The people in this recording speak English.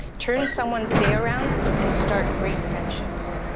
turn someone's day around, and start great friendships.